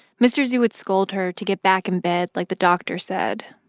mr. zhu would scold her to get back in bed like the doctor said,